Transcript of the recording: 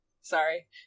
Sorry